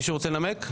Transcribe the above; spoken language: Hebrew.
מישהו רוצה לנמק?